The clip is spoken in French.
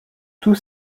tous